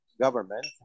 government